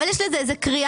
אבל יש לזה קריאה,